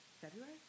February